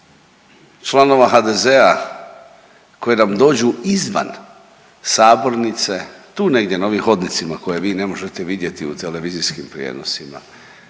članova HDZ-a koji nam dođu izvan sabornice tu na ovim hodnicima koje vi ne možete vidjeti u televizijskim prijenosima